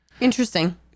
Interesting